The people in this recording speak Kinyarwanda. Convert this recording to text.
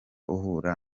uhura